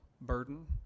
burden